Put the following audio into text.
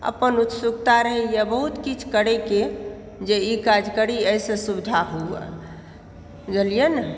अपन उत्सुकता रहयए बहुत किछु करयके जे इ काज करी एहिसँ सुविधा हुअ बुझलियै न